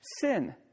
sin